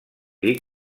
dir